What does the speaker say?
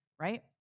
right